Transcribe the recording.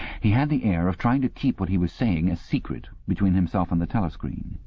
he had the air of trying to keep what he was saying a secret between himself and the telescreen.